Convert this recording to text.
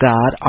God